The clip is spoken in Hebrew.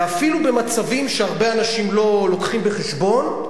ואפילו במצבים שהרבה אנשים לא מביאים בחשבון,